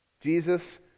Jesus